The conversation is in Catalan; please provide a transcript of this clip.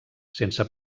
sense